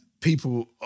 people